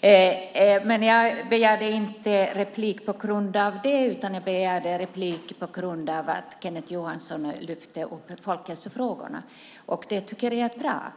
Jag begärde inte replik på grund av det, utan jag begärde replik på grund av att Kenneth Johansson lyfte upp folkhälsofrågorna. Det tycker jag är bra.